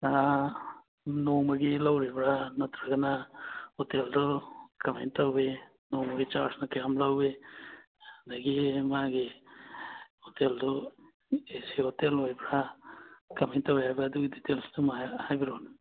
ꯅꯣꯡꯃꯒꯤ ꯂꯧꯔꯤꯕꯔꯥ ꯅꯠꯇ꯭ꯔꯒꯅ ꯍꯣꯇꯦꯜꯗꯣ ꯀꯃꯥꯏꯅ ꯇꯧꯏ ꯅꯣꯡꯃꯒꯤ ꯆꯥꯔꯖꯅ ꯀꯌꯥꯝ ꯂꯧꯏ ꯑꯗꯨꯗꯒꯤ ꯃꯥꯒꯤ ꯍꯣꯇꯦꯜꯗꯣ ꯑꯦ ꯁꯤ ꯍꯣꯇꯦꯜ ꯑꯣꯏꯕ꯭ꯔ ꯀꯃꯥꯏꯅ ꯇꯧꯏ ꯍꯥꯏꯕ ꯑꯗꯨꯒꯤ ꯗꯤꯇꯦꯜꯁꯇꯨꯃ ꯍꯥꯏꯕꯤꯔꯛꯑꯣꯅꯦ